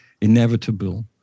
inevitable